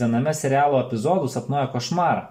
viename serialo epizodų sapnuoja košmarą